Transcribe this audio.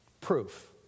Proof